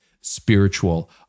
spiritual